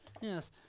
Yes